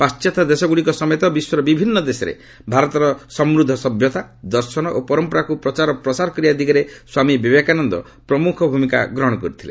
ପାଣ୍ଢାତ୍ୟ ଦେଶଗୁଡ଼ିକ ସମେତ ବିଶ୍ୱର ବିଭିନ୍ନ ଦେଶରେ ଭାରତର ସମୃଦ୍ଧ ସଭ୍ୟତା ଦର୍ଶନ ଓ ପରମ୍ପରାକୁ ପ୍ରଚାର ଓ ପ୍ରସାର କରିବା ଦିଗରେ ସ୍ୱାମୀ ବିବେକାନନ୍ଦ ପ୍ରମୁଖ ଭୂମିକା ଗ୍ରହଣ କରିଥିଲେ